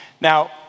Now